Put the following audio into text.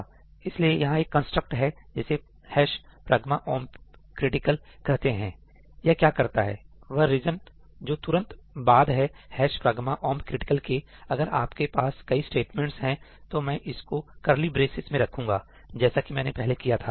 इसलिए यहां एक कंस्ट्रक्ट है जिसे pragma omp critical ' pragma omp critical' कहते हैं यह क्या करता है वह रीजन जो तुरंत बाद है प्रगमा ओमप क्रिटिकल के अगर आपके पास कई स्टेटमेंट्स हैं तो मैं इसको करली ब्रेसेज में रखूंगा जैसा कि मैंने पहले किया था